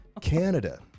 Canada